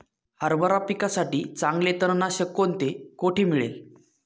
हरभरा पिकासाठी चांगले तणनाशक कोणते, कोठे मिळेल?